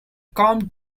come